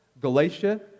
Galatia